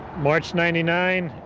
march ninety nine,